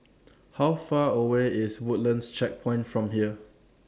How Far away IS Woodlands Checkpoint from here